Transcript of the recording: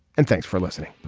and thanks for listening